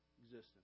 existence